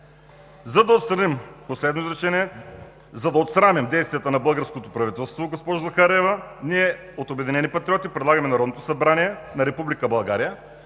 е изтекло.) Последно изречение. За да отсрамим действията на българското правителство, госпожо Захариева, ние от „Обединени патриоти“ предлагаме Народното събрание на Република България